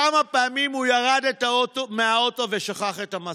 כמה פעמים הוא ירד מהאוטו ושכח את המסכה.